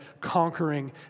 conquering